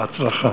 בהצלחה.